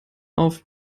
auf